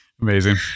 amazing